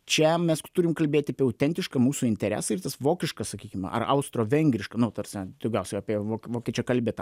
čia mes turim kalbėti apie autentišką mūsų interesai ir tas vokiškas sakykim ar austro vengriško nu ta prasme daugiausiai apie vokiečiakalbę tą